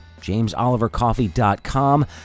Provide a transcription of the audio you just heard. jamesolivercoffee.com